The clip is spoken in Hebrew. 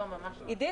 דוקטור עידית,